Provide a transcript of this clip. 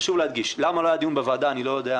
חשוב להדגיש, למה לא היה דיון בוועדה אני לא יודע.